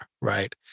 right